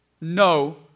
No